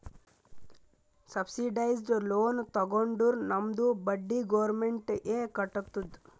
subsidised loan ತಗೊಂಡುರ್ ನಮ್ದು ಬಡ್ಡಿ ಗೌರ್ಮೆಂಟ್ ಎ ಕಟ್ಟತ್ತುದ್